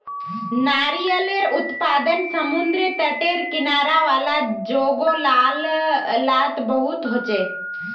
नारियालेर उत्पादन समुद्री तटेर किनारा वाला जोगो लात बहुत होचे